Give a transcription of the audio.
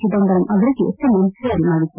ಚಿದಂಬರಂ ಅವರಿಗೆ ಸಮನ್ನ್ ಜಾರಿ ಮಾಡಿತ್ತು